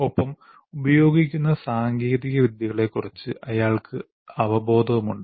ഒപ്പം ഉപയോഗിക്കുന്ന സാങ്കേതികവിദ്യകളെക്കുറിച്ച് അയാൾക്ക് അവബോധവുമുണ്ട്